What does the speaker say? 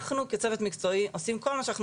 אנחנו כצוות מקצועי עושים כל מה שאנחנו